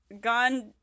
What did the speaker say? gone